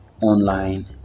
online